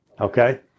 Okay